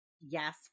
yes